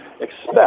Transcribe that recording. expect